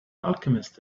alchemist